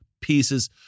pieces